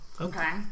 Okay